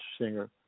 singer